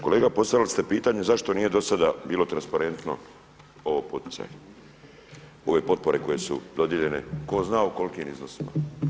Kolega postavili ste pitanje zašto nije do sada bilo transparentno ovi poticaji, ove potpore koje su dodijeljene tko zna u kolikim iznosima.